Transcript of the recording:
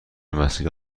مسیر